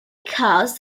cause